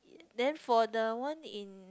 then for the one in